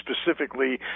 specifically